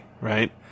right